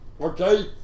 okay